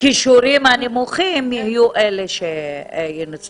-- העובדים עם הכישורים הנמוכים יהיו אלה שינוצלו.